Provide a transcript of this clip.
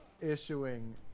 issuing